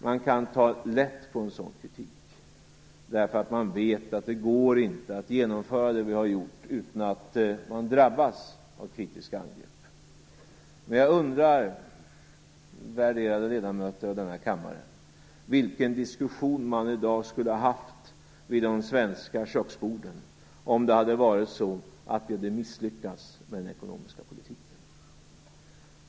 Man kan ta lätt på en sådan kritik, eftersom man vet att det inte går att genomföra det som vi har gjort utan att man drabbas av kritiska angrepp. Men jag undrar, värderade ledamöter av denna kammare, vilken diskussion man i dag skulle ha haft vid de svenska köksborden om vi hade misslyckats med den ekonomiska politiken.